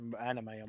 anime